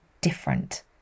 different